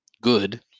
Good